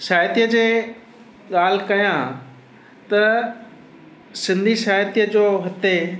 साहित्य जे ॻाल्हि कयां त सिंधी साहित्य जो हिते